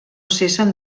cessen